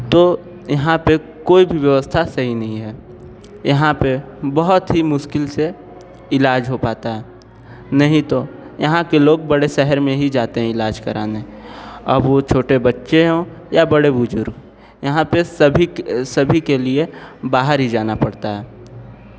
तो यहाँ पर कोई भी व्यवस्था सही नहीं है यहाँ पर बहुत ही मुश्किल से इलाज हो पता नहीं तो यहाँ के लोग बड़े शहर में ही जाते हैं इलाज कराने अब वो छोटे बच्चे हों या बड़े बुज़ुर्ग यहाँ पर सभी सभी के लिए बाहर ही जाना पड़ता है